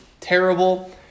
terrible